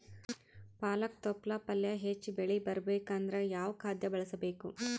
ಪಾಲಕ ತೊಪಲ ಪಲ್ಯ ಹೆಚ್ಚ ಬೆಳಿ ಬರಬೇಕು ಅಂದರ ಯಾವ ಖಾದ್ಯ ಬಳಸಬೇಕು?